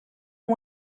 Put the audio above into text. amb